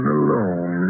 alone